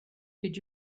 did